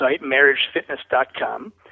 marriagefitness.com